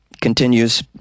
continues